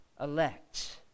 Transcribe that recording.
elect